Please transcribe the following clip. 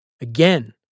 Again